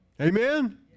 Amen